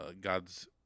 God's